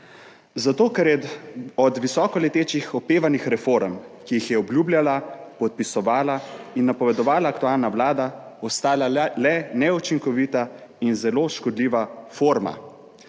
Zato, ker je od visoko letečih, opevanih reform, ki jih je obljubljala, podpisovala in napovedovala aktualna vlada, ostala le neučinkovita in zelo škodljiva forma.